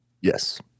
Yes